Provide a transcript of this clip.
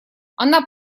она